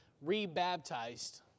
re-baptized